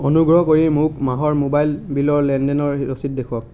অনুগ্ৰহ কৰি মোক মাহৰ মোবাইল বিলৰ লেনদেনৰ ৰচিদ দেখুৱাওক